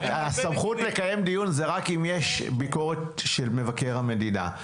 הסמכות לקיים דיון זה רק עם יש ביקורת של מבקר המדינה.